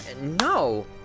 no